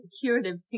curative